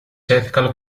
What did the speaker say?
ethical